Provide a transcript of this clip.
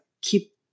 keep